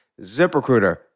ZipRecruiter